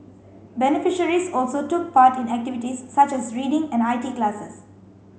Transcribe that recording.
beneficiaries also took part in activities such as reading and I T classes